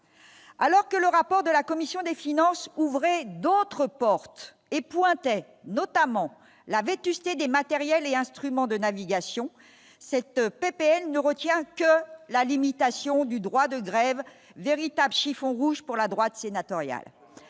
alors que le rapport de la commission des finances, ouvrez d'autres portes et pointait notamment la vétusté des matériels et instruments de navigation cette PPL ne retient que la limitation du droit de grève, véritables chiffon rouge pour la droite sénatoriale,